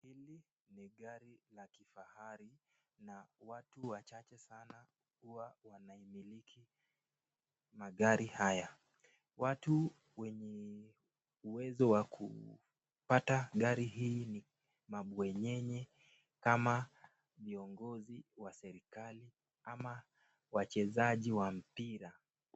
Hili ni gari la kifahari na watu wachache sana huwa wanaimiliki magari haya. Watu wenye uwezo wa kupata gari hii ni mabwanyenye kama viongozi wa serikali ama wachezaji wa mpira.